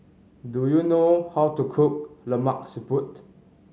do you know how to cook Lemak Siput